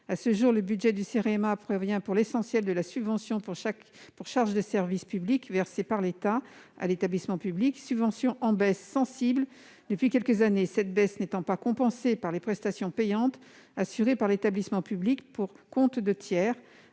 À ce jour, le budget du Cerema provient, pour l'essentiel, de la subvention pour charges de service public versée par l'État, dont la baisse est sensible depuis quelques années. Une telle diminution n'étant pas compensée par les prestations payantes assurées par l'établissement public pour compte de tiers,